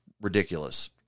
ridiculous